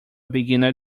beginner